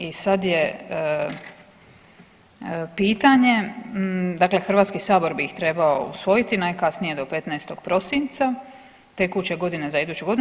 I sad je pitanje, dakle Hrvatski sabor bi ih trebao usvojiti najkasnije do 15. prosinca tekuće godine za iduću godinu.